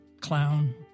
clown